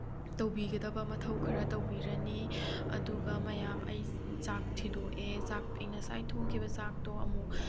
ꯇꯧꯕꯤꯒꯗꯕ ꯃꯊꯧ ꯈꯔ ꯇꯧꯕꯤꯔꯅꯤ ꯑꯗꯨꯒ ꯃꯌꯥꯝ ꯑꯩ ꯆꯥꯛ ꯊꯤꯗꯣꯛꯑꯦ ꯆꯥꯛ ꯑꯩꯅ ꯉꯁꯥꯏ ꯊꯣꯡꯈꯤꯕ ꯆꯥꯛꯇꯣ ꯑꯃꯨꯛ